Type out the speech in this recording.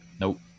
Nope